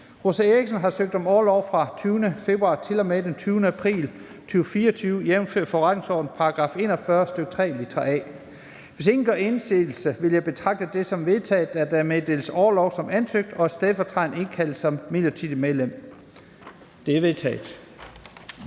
Rosa Eriksen (M) har søgt om orlov fra den 20. februar 2024, jf. forretningsordenens § 41, stk. 3, litra a. Hvis ingen gør indsigelse, vil jeg betragte det som vedtaget, at der meddeles orlov som ansøgt, og at stedfortræderen indkaldes som midlertidigt medlem. Det er vedtaget.